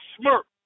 smirk